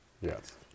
Yes